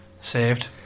saved